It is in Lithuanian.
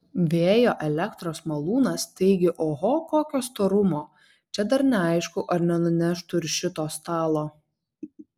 vėjo elektros malūnas taigi oho kokio storumo čia dar neaišku ar nenuneštų ir šito stalo